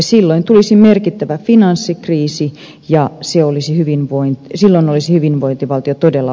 silloin tulisi merkittävä finanssikriisi ja silloin olisi hyvinvointivaltio todella uhattuna